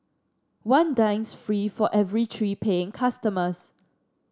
one dines free for every three paying customers